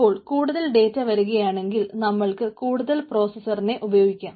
അപ്പോൾ കൂടുതൽ ഡേറ്റ വരുകയാണെങ്കിൽ നമ്മൾക്ക് കൂടുതൽ പ്രോസസറിനെ ഉപയൊഗിക്കാം